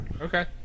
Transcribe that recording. Okay